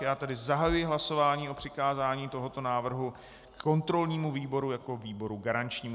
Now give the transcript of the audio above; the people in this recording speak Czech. Já tedy zahajuji hlasování o přikázání tohoto návrhu kontrolnímu výboru jako výboru garančnímu.